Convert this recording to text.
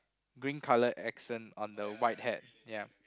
green colour accent on the white hat yup